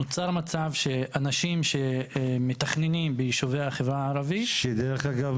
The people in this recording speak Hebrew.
נוצר מצב שאנשים שמתכננים ביישובי החברה הערבית --- שדרך אגב,